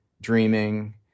dreaming